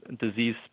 disease